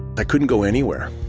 i couldn't go anywhere.